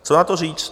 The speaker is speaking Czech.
Co na to říct?